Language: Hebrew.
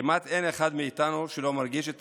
כמעט שאין אחד מאיתנו שלא מרגיש את